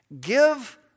Give